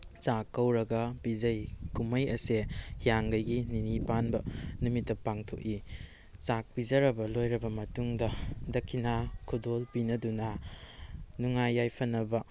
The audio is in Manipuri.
ꯆꯥꯛ ꯀꯧꯔꯒ ꯄꯤꯖꯩ ꯀꯨꯝꯍꯩ ꯑꯁꯦ ꯍꯤꯌꯥꯡꯒꯩꯒꯤ ꯅꯤꯅꯤ ꯄꯥꯟꯕ ꯅꯨꯃꯤꯠꯇ ꯄꯥꯡꯊꯣꯛꯏ ꯆꯥꯛ ꯄꯤꯖꯔꯕ ꯂꯣꯏꯔꯕ ꯃꯇꯨꯡꯗ ꯗꯈꯤꯅ ꯈꯨꯗꯣꯜ ꯄꯤꯅꯗꯨꯅ ꯅꯨꯡꯉꯥꯏ ꯌꯥꯏꯐꯅꯕ